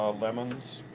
um lemons.